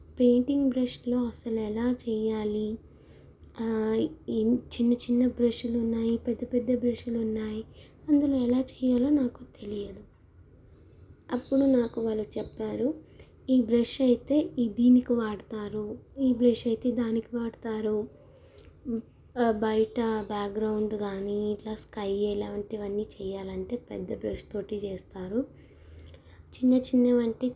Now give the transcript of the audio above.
painting బ్రష్లో అసలు ఎలా చేయాలి ఈ చిన్న చిన్న బ్రష్లు ఉన్నాయి పెద్ద పెద్ద బ్రష్లు ఉన్నాయి అందులో ఎలా చెయ్యాలో నాకు తెలియదు అప్పుడు నాకు వాళ్ళు చెప్పారు ఈ బ్రష్ అయితే ఈ దీనికి వాడతారు ఈ బ్రష్ అయితే దానికి వాడతారు బయట బ్యాగ్రౌండ్ కానీ ఇట్లా స్కై ఇలాంటివి అన్నీ చేయాలంటే పెద్ద బ్రష్తో చేస్తారు చిన్న చిన్నవి అంటే